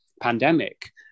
pandemic